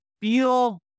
feel